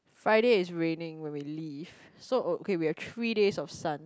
Friday is raining when we leave so okay we have three days of sun